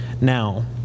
Now